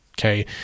Okay